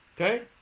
okay